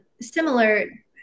similar